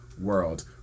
world